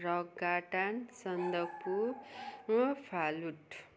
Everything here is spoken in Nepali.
rock garden Sandakphu Phalut